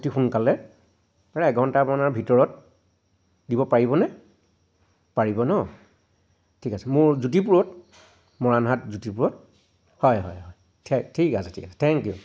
অতি সোনকালে প্ৰায় এঘণ্টা মানৰ ভিতৰত দিব পাৰিবনে পাৰিব ন ঠিক আছে মোৰ জ্যোতিপুৰত মৰাণহাট জ্যোতিপুৰত হয় হয় থে ঠিক আছে ঠিক আছে থেংক ইউ